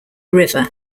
river